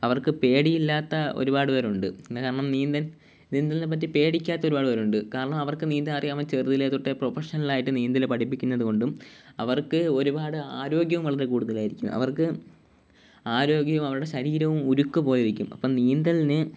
അവർക്ക് പേടിയില്ലാത്ത ഒരുപാട് പേരുണ്ട് നീന്തലിനെ പറ്റി പേടിക്കാത്ത ഒരുപാട് പേരുണ്ട് കാരണം അവർക്ക് നീന്താനറിയാം ചെറുതിലെ തൊട്ടെ പ്രൊഫഷണൽ ആയിട്ട് നീന്തല് പഠിപ്പിക്കുന്നത് കൊണ്ടും അവർക്ക് ഒരുപാട് ആരോഗ്യവും വളരെ കൂടുതലായിരിക്കും അവർക്ക് ആരോഗ്യം അവരുടെ ശരീരവും ഉരുക്ക് പോലിരിക്കും അപ്പോള് നീന്തലിന്